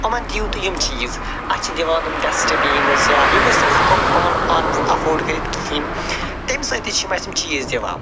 یِمن دِیِو تُہۍ یِم چیٖز اَسہِ چھِ دِوان تِم ڈٮ۪سٹٕبیٖنٕز یا یِم نہٕ أسۍ ہٮ۪کو پانہٕ آرام سان اَفوڈ کٔرِتھ کِہیٖنۍ تَمہِ سۭتۍ تہِ چھِ یِم اَسہِ چیٖز دِوان